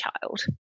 child